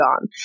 on